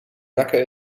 lekker